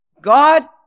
God